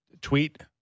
tweet